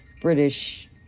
British